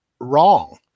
wrong